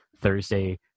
Thursday